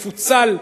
יפוצל,